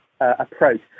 approach